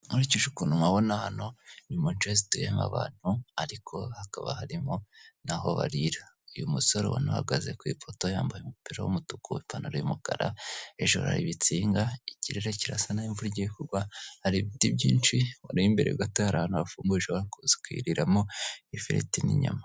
Nkurikije ukuntu mpabona hano ni mu nce zituyemo abantu ariko hakaba harimo n'aho barira, uyu musore ubonana uhagaze ku ifoto yambaye umupira w'umutuku, ipantaro y'umukara, hejuru hari ibitsinga ikirere kirasa n'aho imvura igiye kugwa, hari ibiti byinshi wareba imbere gatoya hari ahantu hafunguye ushobora kuza ukiriramo ifiriti n'inyama.